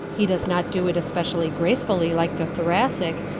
he does not do it especially gracefully like the thoracic,